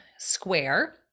square